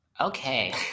Okay